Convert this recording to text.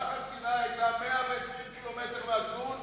נחל-סיני היתה 120 קילומטר מהגבול,